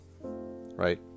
right